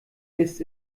ist